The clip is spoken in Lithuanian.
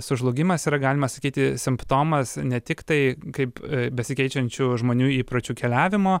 sužlugimas yra galima sakyti simptomas ne tik tai kaip besikeičiančių žmonių įpročių keliavimo